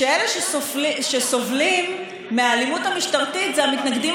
שאלה שסובלים מהאלימות המשטרתית הם המתנגדים